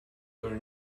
your